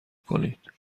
کنید